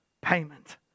Payment